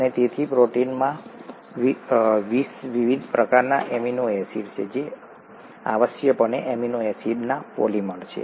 અને તેથી પ્રોટીનમાં 20 વિવિધ પ્રકારના એમિનો એસિડ છે જે આવશ્યકપણે એમિનો એસિડના પોલિમર છે